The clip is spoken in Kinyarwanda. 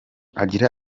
agira